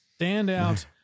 standout